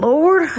Lord